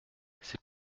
c’est